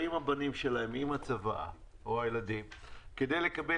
באים הילדים שלהם עם הצוואה כדי לקבל